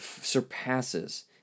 surpasses